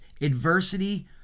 adversity